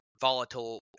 volatile